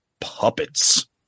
Puppets